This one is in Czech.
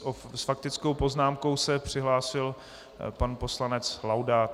S faktickou poznámkou se přihlásil pan poslanec Laudát.